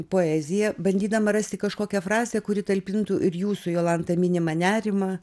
poeziją bandydama rasti kažkokią frazę kuri talpintų ir jūsų jolanta minimą nerimą